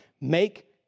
make